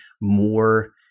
more